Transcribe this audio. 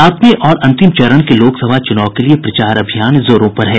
सातवें और अंतिम चरण के लोकसभा चुनाव के लिए प्रचार अभियान जोरों पर है